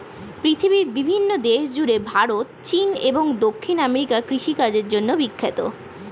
পৃথিবীর বিভিন্ন দেশ জুড়ে ভারত, চীন এবং দক্ষিণ আমেরিকা কৃষিকাজের জন্যে বিখ্যাত